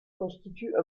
constitue